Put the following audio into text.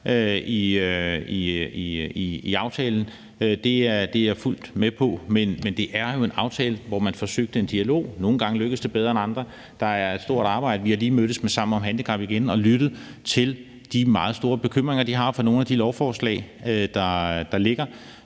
i aftalen, er jeg fuldt med på, men det er jo en aftale, hvor man forsøgte en dialog. Nogle gange lykkes det bedre end andre; der er et stort arbejde. Vi har lige mødtes med Sammen om handicap igen og lyttet til de meget store bekymringer, de har, for nogle af de lovforslag, der ligger.